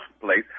place